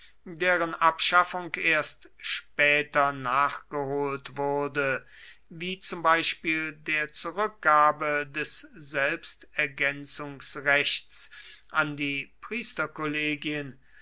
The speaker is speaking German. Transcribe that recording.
deren abschaffung erst später nachgeholt wurde wie zum beispiel der zurückgabe des selbstergänzungsrechts an die